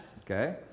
Okay